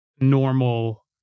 normal